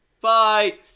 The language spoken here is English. Bye